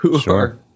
Sure